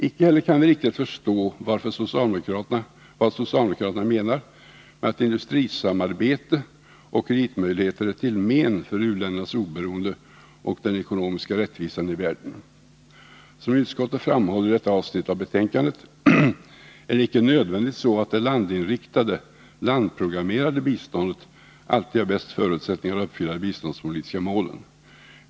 Icke heller kan vi riktigt förstå vad socialdemokraterna menar med att industrisamarbete och kreditmöjligheter är till men för u-ländernas oberoende och den ekonomiska rättvisan i världen. Som utskottet framhåller i detta avsnitt av betänkandet är det inte nödvändigtvis så att det landinriktade, landprogrammerade biståndet alltid har de bästa förutsättningarna att uppfylla de biståndspolitiska målen.